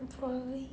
probably